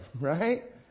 Right